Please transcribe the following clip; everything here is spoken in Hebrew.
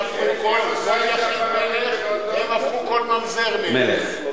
כל יחיד מלך, הם הפכו כל ממזר מלך.